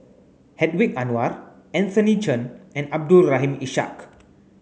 Hedwig Anuar Anthony Chen and Abdul Rahim Ishak